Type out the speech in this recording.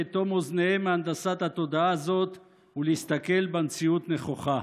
לאטום אוזניהם מהנדסת התודעה הזאת ולהסתכל במציאות נכוחה.